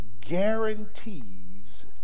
guarantees